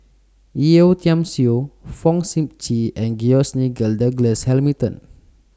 Yeo Tiam Siew Fong Sip Chee and George Nigel Douglas Hamilton